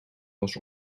was